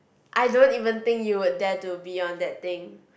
I don't even think you would dare to be on that thing